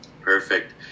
Perfect